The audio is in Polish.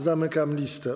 Zamykam listę.